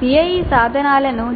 CIE సాధనలను